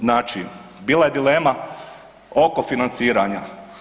Znači, bila je dilema oko financiranja.